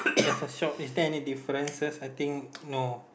have a shop is there any differences I think no